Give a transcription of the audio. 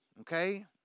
Okay